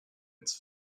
its